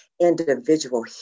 individual